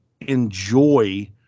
enjoy